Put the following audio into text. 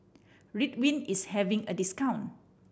Ridwind is having a discount